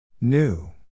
New